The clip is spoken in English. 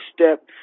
step